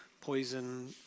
poison